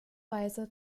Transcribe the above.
weise